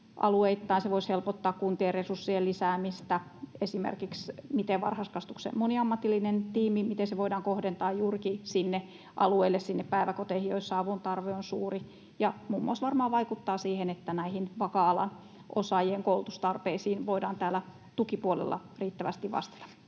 alueittain. Se voisi helpottaa kuntien resurssien lisäämistä esimerkiksi siinä, miten varhaiskasvatuksen moniammatillinen tiimi voidaan kohdentaa juurikin sille alueelle, niihin päiväkoteihin, joissa avun tarve on suuri, ja muun muassa varmaan vaikuttaa siihen, että näihin vaka-alan osaajien koulutustarpeisiin voidaan täällä tukipuolella riittävästi vastata.